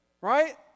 right